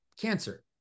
cancer